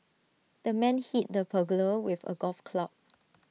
the man hit the burglar with A golf club